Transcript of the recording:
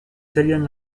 italienne